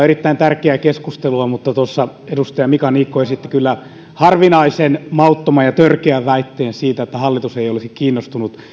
erittäin tärkeää keskustelua mutta tuossa edustaja mika niikko esitti kyllä harvinaisen mauttoman ja törkeän väitteen että hallitus ei olisi kiinnostunut